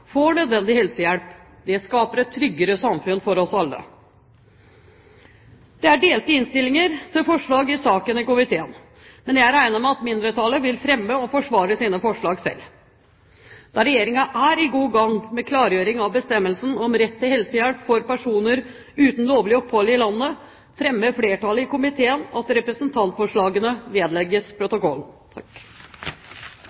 får nødvendig helsehjelp. Det skaper et tryggere samfunn for oss alle. Det er delt innstilling til forslag i komiteen, men jeg regner med at mindretallet vil fremme og forsvare sine forslag selv. Da Regjeringen er godt i gang med å klargjøre bestemmelsen om rett til helsehjelp for personer uten lovlig opphold i landet, foreslår flertallet i komiteen at representantforslagene vedlegges